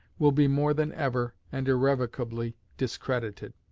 will be more than ever, and irrevocably, discredited.